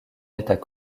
état